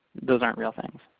those aren't real things,